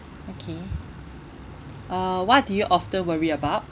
okay uh what do you often worry about